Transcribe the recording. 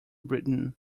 britain